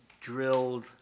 drilled